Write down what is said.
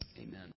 Amen